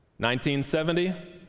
1970